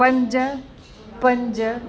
पंज पंज